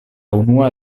unua